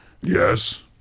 Yes